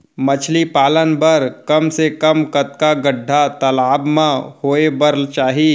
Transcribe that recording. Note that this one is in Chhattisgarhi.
मछली पालन बर कम से कम कतका गड्डा तालाब म होये बर चाही?